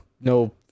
no